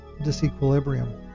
disequilibrium